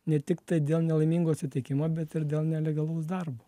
ne tik dėl nelaimingo atsitikimo bet ir dėl nelegalaus darbo